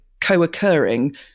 co-occurring